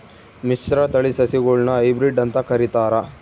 ಮಿಶ್ರತಳಿ ಸಸಿಗುಳ್ನ ಹೈಬ್ರಿಡ್ ಅಂತ ಕರಿತಾರ